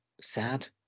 sad